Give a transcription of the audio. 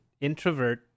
introvert